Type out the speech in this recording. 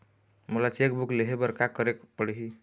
मोला cheque book लेहे बर का केरेक पढ़ही?